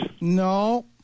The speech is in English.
No